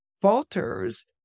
falters